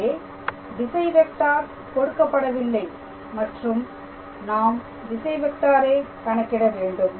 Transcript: இங்கே திசை வெக்டார் கொடுக்கப்படவில்லை மற்றும் நாம் திசை வெக்டாரை கணக்கிட வேண்டும்